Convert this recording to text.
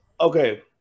okay